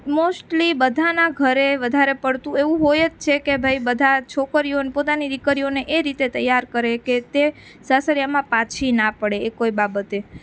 mostly બધાનાં ઘરે વધારે પડતું એવું હોય જ છે કે ભાઈ બધા છોકરીઓને પોતાની દીકરીઓને એ રીતે તૈયાર કરે કે તે સાસરિયામાં પાછી ના પડે એકેય બાબતે